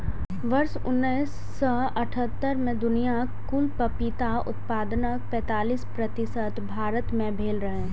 वर्ष उन्नैस सय अट्ठारह मे दुनियाक कुल पपीता उत्पादनक पैंतालीस प्रतिशत भारत मे भेल रहै